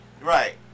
Right